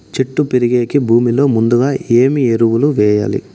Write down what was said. చెట్టు పెరిగేకి భూమిలో ముందుగా ఏమి ఎరువులు వేయాలి?